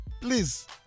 please